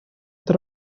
это